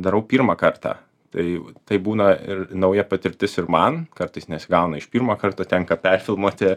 darau pirmą kartą tai tai būna ir nauja patirtis ir man kartais nesigauna iš pirmo karto tenka perfilmuoti